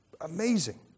amazing